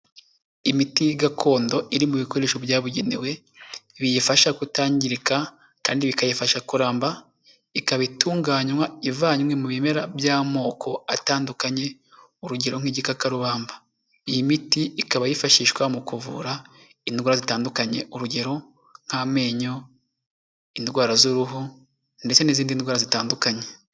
Imiti gakondo iri mu bikoresho byabugenewe biyifasha kutangirika, kandi bikayifasha kuramba ikaba itunganywa ivanywe mu bimera by'amoko atandukanye, urugero nk'igikarubamba. Iyi miti ikaba yifashishwa mu kuvura indwara zitandukanye, urugero nk'amenyo, indwara z'uruhu ndetse n'izindi ndwara zitandukanye.